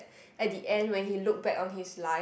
at the end where he look back on his life